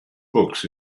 books